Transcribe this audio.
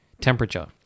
temperature